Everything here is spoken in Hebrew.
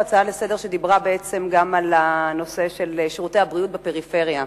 הצעה לסדר-היום על שירותי הבריאות בפריפריה.